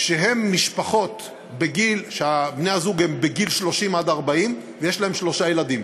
שהן משפחות שבני-הזוג הם בגיל 40-30 ויש להם שלושה ילדים.